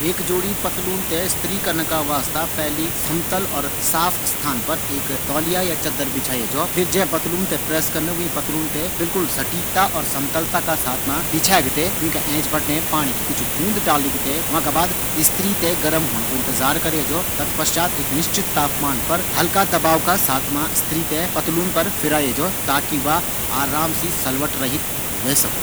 एक जोड़ी पतलून थें इस्त्री करना का वास्ता पैली समतल और साफ स्थान पर एक तौलिया या चादर बिछाए जौ फिर जै पतलून पर प्रेस करन वींथे बिल्कुल सटीकता और समतलता से बिछैक विका एंच बिटि पाणी की कुछ बूँद डालिक थें वांका बाद स्त्री थें एक निश्चित तापमान पर गर्म होंण का बाद हल्का दबाव का साथ स्त्री थें पतलून पर फैलाये जौ। ताकी वा आराम से सलबट रहित ह्वे सको।